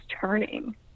turning